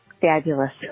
Fabulous